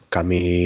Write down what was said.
Kami